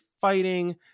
fighting